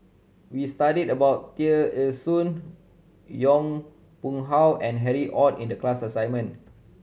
we studied about Tear Ee Soon Yong Pung How and Harry Ord in the class assignment